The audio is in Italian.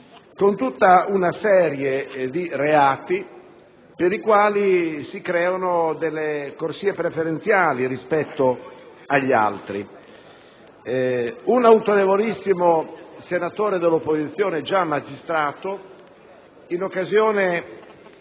con tutta una serie di reati per i quali si creano delle corsie preferenziali. Un autorevolissimo senatore dell'opposizione, già magistrato, in occasione